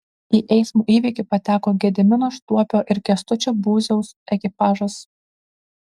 į eismo įvykį pateko gedimino štuopio ir kęstučio būziaus ekipažas